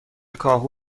کاهو